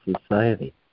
Society